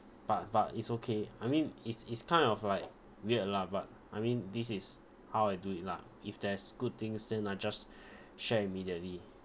but but it's okay I mean it's it's kind of like weird lah but I mean this is how I do it lah if there's good things then I just share immediately